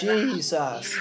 Jesus